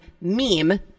Meme